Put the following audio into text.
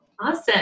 Awesome